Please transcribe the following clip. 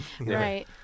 Right